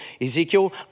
Ezekiel